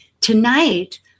Tonight